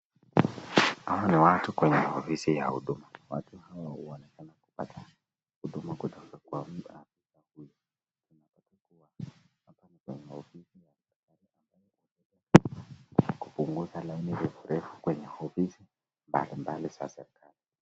Hawa ni watu kwenye ofisi ya huduma, watu hao wanaonekana kupata huduma kutoka kwa afisa huyo . Hii ina kupunguza laini refu refu kwa serikali.